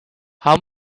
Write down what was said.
how